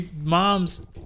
moms